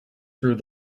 through